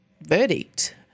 verdict